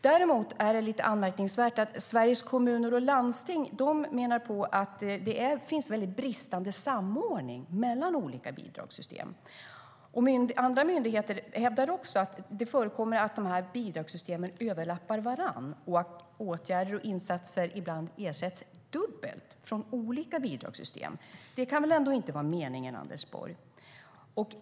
Däremot är det lite anmärkningsvärt att Sveriges Kommuner och Landsting menar att det brister i samordningen mellan olika bidragssystem. Andra myndigheter hävdar också att det förekommer att bidragssystemen överlappar varandra och att åtgärder och insatser ibland ersätts dubbelt, från olika bidragssystem. Det kan väl ändå inte vara meningen, Anders Borg?